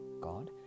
god